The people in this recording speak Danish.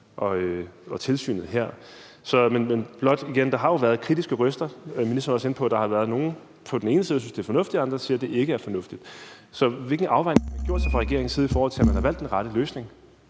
og tilsynet her. Men jeg vil blot igen sige, at der jo har været kritiske røster. Ministeren var også inde på, at der har været nogle på den ene side, der synes, det er fornuftigt, og der er andre, der siger, at det ikke er fornuftigt. Så hvilken afvejning har man foretaget fra regeringens side, i forhold til om man har valgt den rette løsning?